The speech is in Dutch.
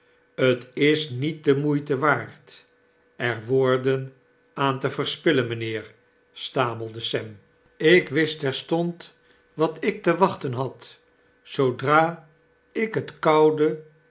t is niet de moeite waard er woordenaan mopes de kluizenaar te verspillen mijnheer stamelde sem ik wist terstond wat ik te wachten had zoodra ik het koude